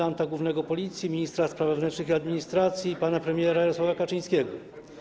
komendanta głównego Policji, ministra spraw wewnętrznych i administracji, pana premiera Jarosława Kaczyńskiego.